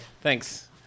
Thanks